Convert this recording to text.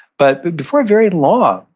but but before very long,